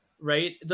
right